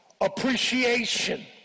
appreciation